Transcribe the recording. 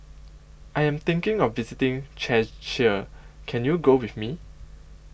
I Am thinking of visiting Czechia Can YOU Go with Me